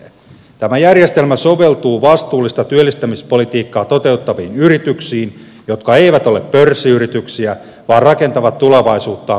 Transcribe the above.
tämä järjestelmä soveltuu vastuullista työllistämispolitiikkaa toteuttaviin yrityksiin jotka eivät ole pörssiyrityksiä vaan rakentavat tulevaisuuttaan pitkäjänteisesti